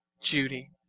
Judy